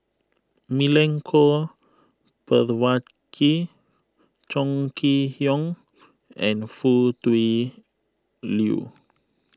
Milenko Prvacki Chong Kee Hiong and Foo Tui Liew